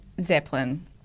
Zeppelin